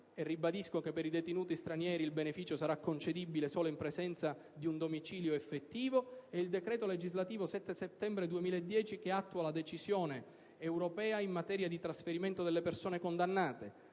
ribadisco che per i detenuti stranieri il beneficio sarà concedibile solo in presenza di un domicilio effettivo - e il decreto legislativo 7 settembre 2010, n. 161, che attua la decisione europea in materia di trasferimento delle persone condannate.